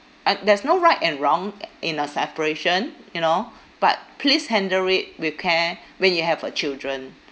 uh there's no right and wrong in a separation you know but please handle it with care when you have a children